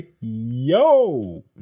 yo